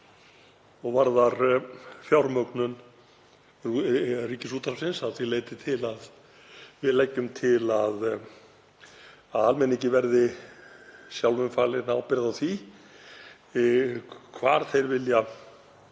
og varðar fjármögnun Ríkisútvarpsins að því leyti til að við leggjum til að almenningi verði sjálfum falin ábyrgð á því hvar hann vill